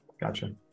Gotcha